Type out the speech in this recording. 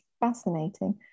fascinating